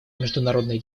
международный